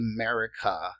America